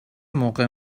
موقع